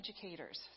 educators